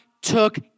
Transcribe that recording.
took